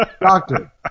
Doctor